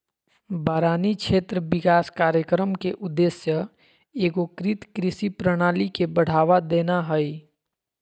बारानी क्षेत्र विकास कार्यक्रम के उद्देश्य एगोकृत कृषि प्रणाली के बढ़ावा देना हइ